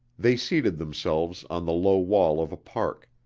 they seated themselves on the low wall of a park,